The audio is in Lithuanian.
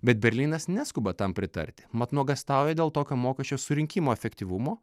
bet berlynas neskuba tam pritarti mat nuogąstauja dėl tokio mokesčio surinkimo efektyvumo